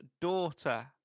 daughter